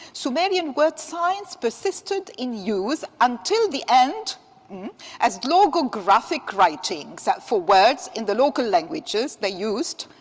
sumerian word signs persisted in use until the end as logographic writings for words in the local languages. they used